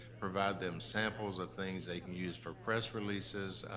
provide them samples of things they can use for press releases,